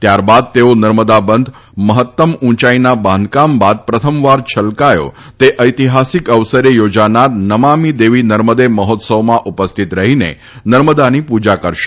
ત્યારબાદ તેઓ નર્મદા બંધ મહત્તમ ઉંચાઇના બાંધકામ પછી પ્રથમવાર છલકાયો તે ઐતિહાસિક અવસરે યોજાનાર નમામી દેવી નર્મદે મહોત્સવમાં પહ્યિત રહીને નર્મદાની પૂજા કરશે